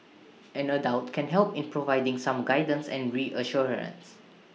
an adult can help in providing some guidance and reassurance